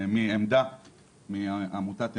מעמותת "עמד"א",